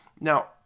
Now